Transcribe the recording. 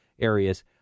areas